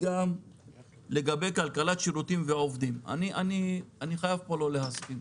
בנוגע לכלכלת שירותים ועובדים אני חייב לא להסכים.